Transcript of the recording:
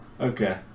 okay